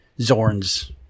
Zorn's